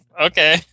okay